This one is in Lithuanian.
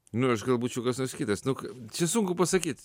nu ir aš gal būčiau kas nors kitas nu k čia sunku pasakyt